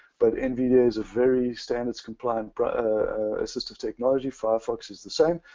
but nvda is a very standards complying assistive technology. firefox is the same.